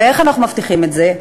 איך אנחנו מבטיחים את זה?